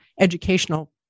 educational